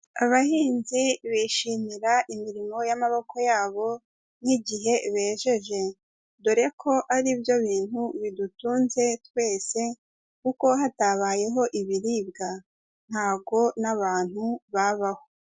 Abahinzi bishimira imirimo y'amaboko yabo nk'igihe bejeje, dore ko ari byo bintu bidutunze twese kuko hatabayeho ibiribwa ntago n'abantu babaho.